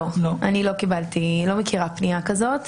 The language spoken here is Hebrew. אני לא מכירה פניה כזאת.